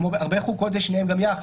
הרבה חוקות זה שניהם גם יחד.